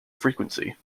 frequency